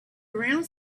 around